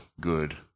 good